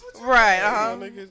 Right